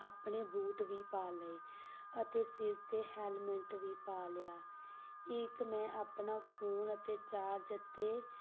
ਆਪਣੇ ਬੂਟ ਵੀ ਪਾ ਲਏ ਅਤੇ ਸਿਰ 'ਤੇ ਹੈਲਮੇਟ ਵੀ ਪਾ ਲਿਆ ਇੱਕ ਮੈਂ ਆਪਣਾ ਫੋਨ ਅਤੇ ਚਾਰਜ ਅਤੇ